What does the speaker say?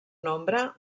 nombre